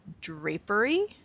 drapery